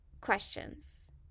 questions